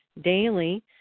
Daily